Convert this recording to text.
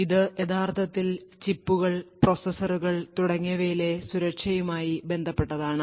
ഇത് യഥാർത്ഥത്തിൽ ചിപ്പുകൾ പ്രോസസ്സറുകൾ തുടങ്ങിയവയിലെ സുരക്ഷയുമായി ബന്ധപ്പെട്ടതാണ്